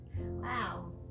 Wow